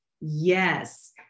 yes